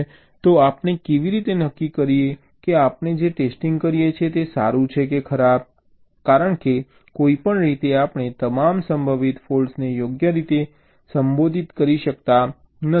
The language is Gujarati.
તો આપણે કેવી રીતે નક્કી કરી શકીએ કે આપણે જે ટેસ્ટિંગ કરીએ છીએ તે સારું છે કે ખરાબ કારણ કે કોઈપણ રીતે આપણે તમામ સંભવિત ફૉલ્ટ્સને યોગ્ય રીતે સંબોધિત કરી શકતા નથી